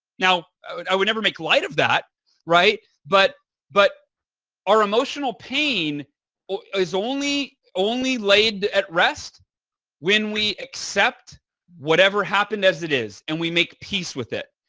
now i would i would never make light of that but but our emotional pain is only only laid at rest when we accept whatever happened as it is and we make peace with it.